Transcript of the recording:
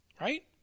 right